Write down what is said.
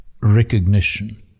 recognition